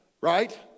right